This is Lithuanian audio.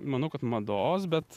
manau kad mados bet